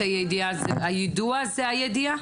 מבחינתכם היידוע הוא הידיעה?